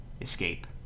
escape